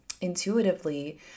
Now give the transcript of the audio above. intuitively